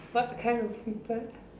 what kind of people